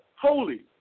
holy